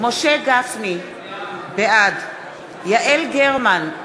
משה גפני, בעד יעל גרמן,